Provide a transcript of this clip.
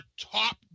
top